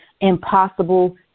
impossible